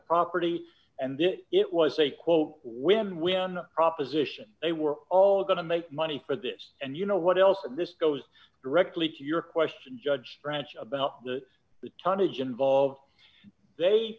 property and that it was a quote women win proposition they were all going to make money for this and you know what else this goes directly to your question judge french about the the